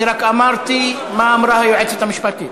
רק אמרתי מה אמרה היועצת המשפטית.